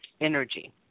energy